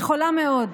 היא חולה מאוד,